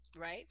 right